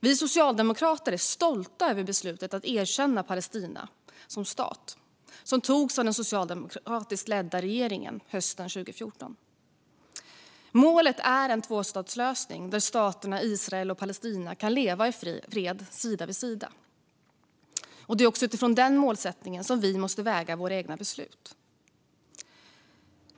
Vi socialdemokrater är stolta över det beslut om att erkänna Palestina som stat som togs av den socialdemokratiskt ledda regeringen hösten 2014. Målet är en tvåstatslösning där staterna Israel och Palestina kan leva i fred sida vid sida. Det är också utifrån den målsättningen som vi måste väga våra egna beslut.